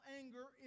anger